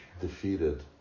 Defeated